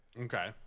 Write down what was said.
Okay